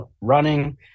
running